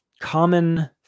common